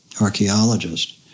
archaeologist